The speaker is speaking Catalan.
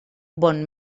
bon